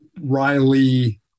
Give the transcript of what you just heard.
riley